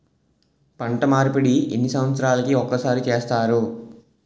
పంట మార్పిడి ఎన్ని సంవత్సరాలకి ఒక్కసారి చేస్తారు?